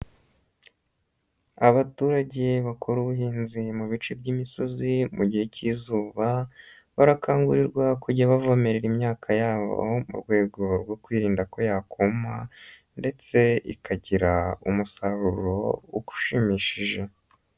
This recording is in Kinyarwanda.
Abaturage bakora ubuhinzi mu bice by'imisozi mu gihe cy'izuba, barakangurirwa kujya bavomerera imyaka yabo mu rwego rwo kwirinda ko yakoma ndetse ikagira umusaruro ushimishije.